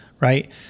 right